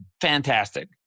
fantastic